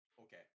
okay